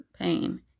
pain